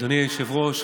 אדוני היושב-ראש,